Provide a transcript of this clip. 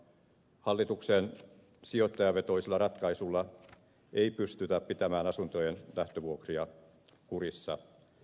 hallituksen sijoittajavetoisella ratkaisulla ei pystytä pitämään asuntojen lähtövuokria kurissa